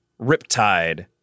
Riptide